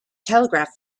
telegraph